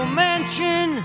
mansion